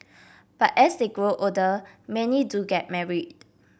but as they grow older many do get married